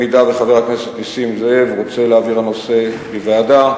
אם חבר הכנסת נסים זאב רוצה להעביר את הנושא לוועדה,